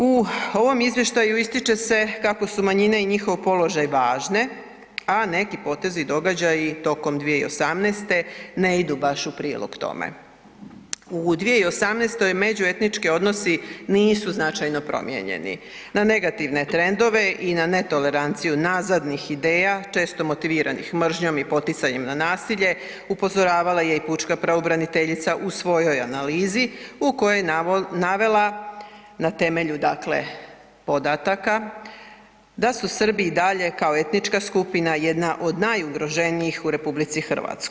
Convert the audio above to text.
U ovom izvještaju ističe se kako su manjine i njihov položaj važne a neki potezi i događaji tokom 2018. ne idu baš u prilog tome, u 2018. međuetnički odnosi nisu značajno promijenjeni, na negativne trendove i na netoleranciju nazadnih ideja, često motiviranih mržnjom i poticajem na nasilje, upozoravala je i pučka pravobraniteljica u svojoj analizi u kojoj je navela na temelju dakle podataka da su Srbi i dalje kao etnička skupina jedna od najugroženijih u RH.